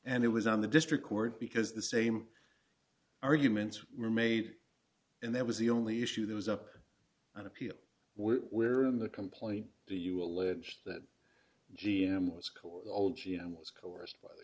and it was on the district court because the same arguments were made and that was the only issue there was up on appeal where in the complaint do you allege that g m was called all g m was coerced by